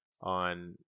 on